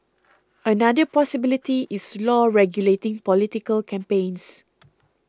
another possibility is law regulating political campaigns